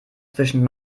zwischen